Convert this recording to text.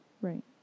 Right